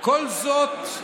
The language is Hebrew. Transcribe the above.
כל זאת,